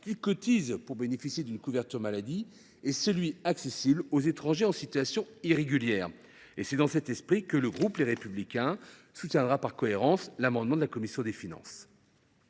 qui cotisent pour bénéficier d’une couverture maladie, et le niveau qui est accessible aux étrangers en situation irrégulière. C’est dans cet esprit que le groupe Les Républicains soutiendra, par cohérence, l’amendement de la commission des finances.